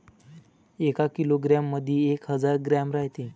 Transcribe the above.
एका किलोग्रॅम मंधी एक हजार ग्रॅम रायते